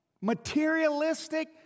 materialistic